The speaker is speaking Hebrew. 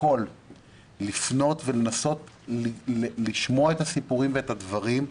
לפנות ולנסות לשמוע את הסיפורים ואת הדברים,